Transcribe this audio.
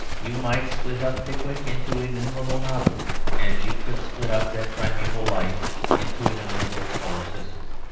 you might split up pickwick into innumerable novels as you could split up that primeval light into innumerable solar systems.